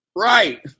Right